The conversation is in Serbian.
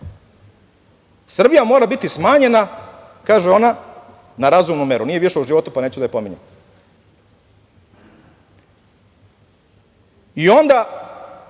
Srbija mora biti smanjena, kaže ona, na razumnu meru. Nije više u životu, pa neću da je pominjem. Onda,